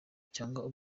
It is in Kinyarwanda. cyangwa